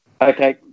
Okay